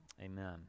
Amen